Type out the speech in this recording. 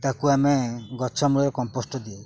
ତାକୁ ଆମେ ଗଛ ମୂଳରେ କମ୍ପୋଷ୍ଟ ଦେଉ